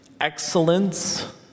excellence